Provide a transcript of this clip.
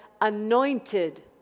anointed